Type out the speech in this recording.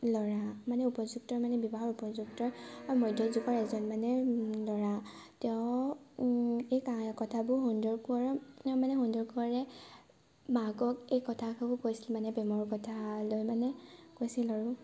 ল'ৰা মানে উপযুক্ত মানে বিবাহৰ উপযুক্ত মধ্যযুগৰ এজন মানে ল'ৰা তেওঁৰ এই কা কথাবোৰ সুন্দৰ কোঁৱৰক তেওঁ মানে সুন্দৰ কোঁৱৰে মাকক এই কথাসমূহ কৈছিল মানে প্ৰেমৰ কথালৈ মানে কৈছিল আৰু